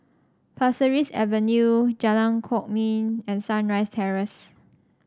Pasir Ris Avenue Jalan Kwok Min and Sunrise Terrace